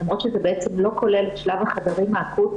למרות שזה בעצם לא כולל את שלב החדרים האקוטיים,